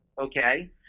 okay